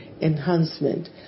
enhancement